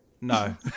No